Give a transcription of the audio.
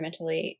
environmentally